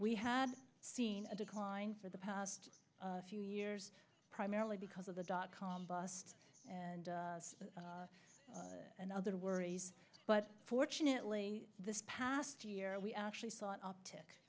we had seen a decline for the past few years primarily because of the dot com bust and another worries but fortunately this past year we actually saw an o